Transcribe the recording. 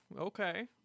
okay